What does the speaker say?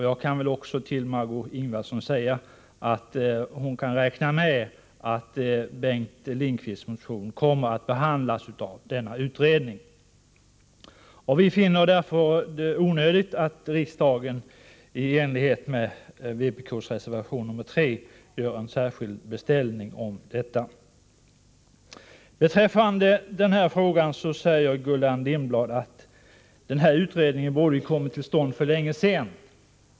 Jag vill också till Margé Ingvardsson säga att hon kan räkna med att Bengt Lindqvists motion kommer att behandlas av denna utredning. Vi finner det därför onödigt att riksdagen i enlighet med vpk:s reservation 3 ger särskilda riktlinjer i den frågan. Gullan Lindblad säger att denna utredning borde ha kommit till stånd för länge sedan.